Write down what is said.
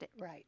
right